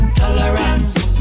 tolerance